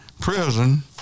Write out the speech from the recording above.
prison